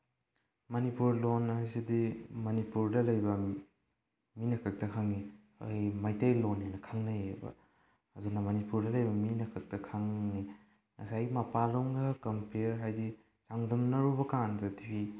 ꯃꯅꯤꯄꯨꯔ ꯂꯣꯜ ꯍꯥꯏꯁꯤꯗꯤ ꯃꯅꯤꯄꯨꯔꯗ ꯂꯩꯕ ꯃꯤꯅ ꯈꯛꯇ ꯈꯪꯉꯤ ꯑꯩꯈꯣꯏ ꯃꯩꯇꯩ ꯂꯣꯜ ꯍꯥꯏꯅ ꯈꯪꯅꯩꯌꯦꯕ ꯑꯗꯨꯅ ꯃꯅꯤꯄꯨꯔꯗ ꯂꯩꯕ ꯃꯤꯅ ꯈꯛꯇ ꯈꯪꯅꯩ ꯉꯁꯥꯏ ꯃꯄꯥꯜꯂꯣꯝꯅ ꯀꯝꯄꯤꯌꯔ ꯍꯥꯏꯗꯤ ꯆꯥꯡꯗꯝꯅꯔꯨꯕꯀꯥꯟꯗꯗꯤ